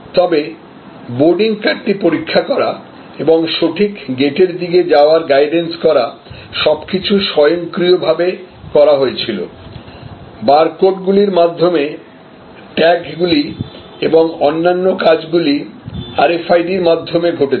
তবে বোর্ডিং কার্ডটি পরীক্ষা করা এবং সঠিক গেটের দিকে যাওয়ার গাইডেন্স করা সবকিছু স্বয়ংক্রিয়ভাবে করা হয়েছিল বারকোডগুলির মাধ্যমে ট্যাগগুলি এবং অন্যান্য কাজগুলি আরএফআইডিএর মাধ্যমে ঘটেছিল